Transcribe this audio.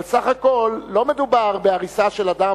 אבל סך הכול לא מדובר בהריסה של אדם,